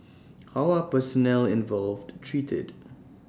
how are personnel involved treated